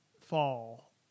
fall